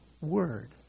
word